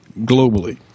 globally